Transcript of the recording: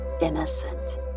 innocent